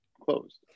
closed